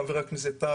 חבר הכנסת טל,